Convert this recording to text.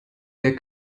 der